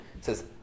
says